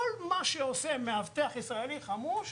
כל מה שעושה מאבטח ישראלי חמוש,